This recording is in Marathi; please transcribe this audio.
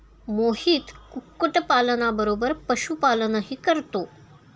मोहित कुक्कुटपालना बरोबर पशुपालनही करतो